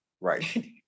right